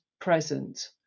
present